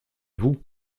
vous